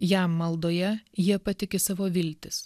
jam maldoje jie patiki savo viltis